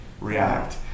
react